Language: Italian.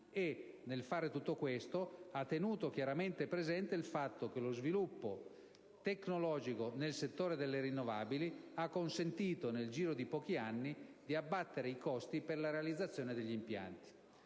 nel fare tutto questo, ha tenuto chiaramente presente il fatto che lo sviluppo tecnologico nel settore delle rinnovabili ha consentito, nel giro di pochi anni, di abbattere i costi per la realizzazione degli impianti.